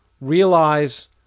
realize